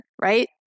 right